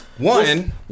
One